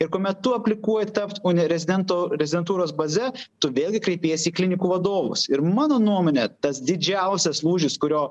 ir kuomet tu aplikuoji tapt o ne rezidento rezidentūros baze tu vėl į kreipies į klinikų vadovus ir mano nuomone tas didžiausias lūžis kurio